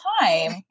time